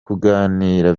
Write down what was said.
kuganira